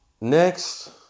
Next